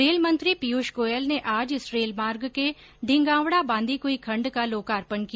रेलमंत्री पीयूष गोयल ने आज इस रेल मार्ग के ढिंगावड़ा बांदीकुई खण्ड का लोकार्पण किया